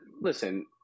listen